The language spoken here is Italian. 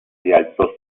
rialzò